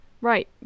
Right